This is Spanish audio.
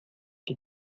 que